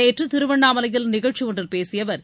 நேற்று திருவண்ணாமலையில் நிகழ்ச்சியொன்றில் பேசிய அவர்